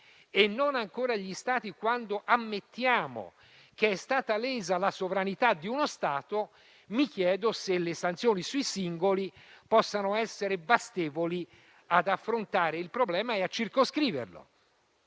e non ancora gli Stati, quando ammettiamo che è stata lesa la sovranità di uno Stato, mi chiedo se le sanzioni sui singoli possano essere bastevoli ad affrontare il problema e a circoscriverlo.